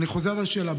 אני חוזר לשאלה.